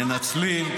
גם -- אנחנו,